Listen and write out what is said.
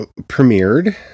premiered